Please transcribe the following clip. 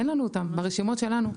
אין לנו אותם ברשימות שלנו.